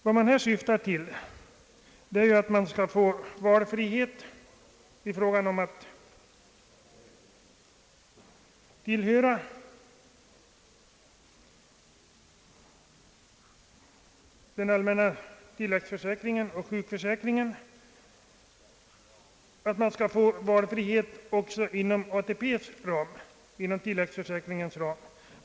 Vad man här siktar till är att få valfrihet i fråga om att tillhöra endera den allmänna tilläggspensionsförsäkringen eller tilläggssjukpenningförsäkringen, att man skall få viss valfrihet inom ATP:s ram.